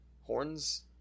Horns